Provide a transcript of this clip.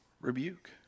rebuke